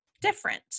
different